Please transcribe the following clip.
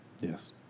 Yes